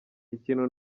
ikintu